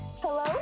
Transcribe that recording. Hello